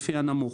לפי הנמוך,